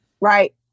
Right